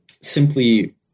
simply